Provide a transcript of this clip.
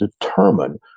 determine